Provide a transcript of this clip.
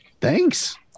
Thanks